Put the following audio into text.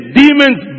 demons